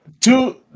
Two